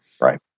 Right